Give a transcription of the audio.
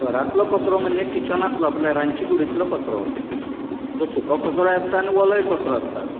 घरांतलो कचरो म्हणजे किचनांतलो आपल्या रांदचे कुडींतलो कचरो जो सुको कचरोय आसता आनी वोलोय कचरो आसता